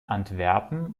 antwerpen